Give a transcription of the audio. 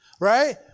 right